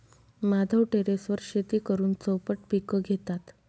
माधव टेरेसवर शेती करून चौपट पीक घेतात